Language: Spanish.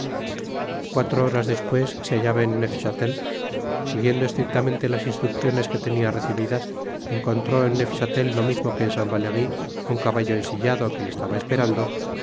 cuatro horas despues se hallaba en neufchatel siguiendo estrictamente las instrucciones que tenia recibidas encontró en neufchatel lo mismo que en saint valery un caballo ensillado que le estaba esperando